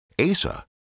Asa